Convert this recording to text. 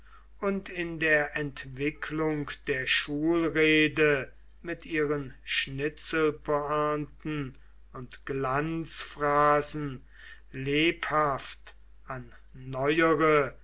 und in der entwicklung der schulrede mit ihren schnitzelpointen und glanzphrasen lebhaft an neuere